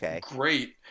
great